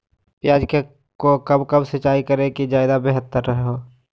प्याज को कब कब सिंचाई करे कि ज्यादा व्यहतर हहो?